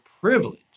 privilege